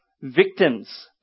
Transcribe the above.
victims